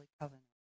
covenant